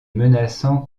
menaçant